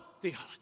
theology